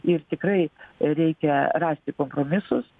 jis tikrai reikia rasti kompromisus